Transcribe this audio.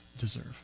deserve